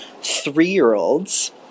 three-year-olds